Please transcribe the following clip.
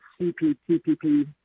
CPTPP